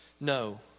No